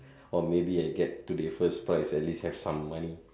or maybe I get to the first prize at least have some money